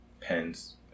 pens